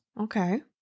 Okay